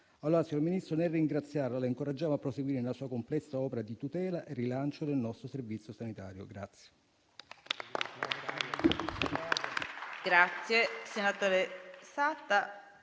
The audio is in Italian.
Allora, signor Ministro, nel ringraziarla, la incoraggiamo a proseguire nella sua complessa opera di tutela e rilancio del nostro Servizio sanitario nazionale.